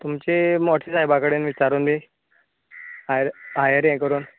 तुमची मोटे सायबा कडेन विचारून बी हायर हायर यें करून